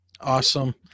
awesome